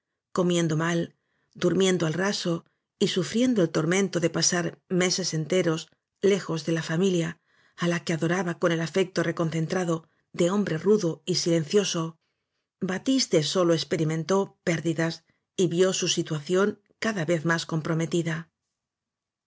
miendo mal durmiendo al raso y sufriendo el tormento de pasar meses enteros lejos ele la familia á la que adoraba con el afecto recon centrado de hombre rudo y silencioso batiste sólo experimentó pérdidas y vió su situación cada vez más comprometida